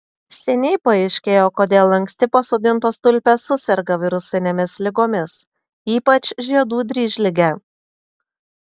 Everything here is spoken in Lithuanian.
seniai paaiškėjo kodėl anksti pasodintos tulpės suserga virusinėmis ligomis ypač žiedų dryžlige